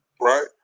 Right